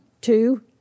Two